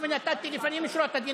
לפנים משורת הדין.